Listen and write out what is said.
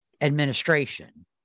administration